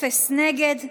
אפס נגד.